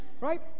Right